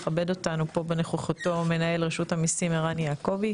מכבד אותנו בנוכחותו מנהל רשות המיסים ערן יעקוב,